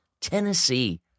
Tennessee